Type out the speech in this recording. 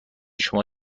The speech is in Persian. شما